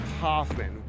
Hoffman